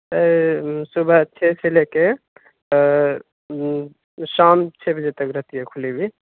سر صبح چھ سے لے کے شام چھ بجے تک رہتی ہے کھلی ہوئی